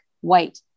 white